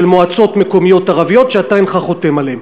של מועצות מקומיות ערביות שאתה אינך חותם עליהן?